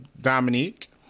dominique